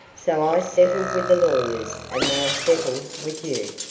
so i settled with the lawyers and they'll settle with you.